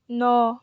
ন